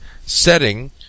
setting